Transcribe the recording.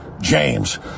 James